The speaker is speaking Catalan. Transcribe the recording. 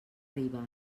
ribes